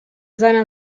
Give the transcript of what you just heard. seiner